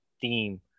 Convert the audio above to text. theme